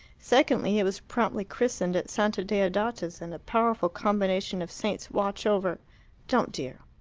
secondly, it was promptly christened at santa deodata's, and a powerful combination of saints watch over don't, dear.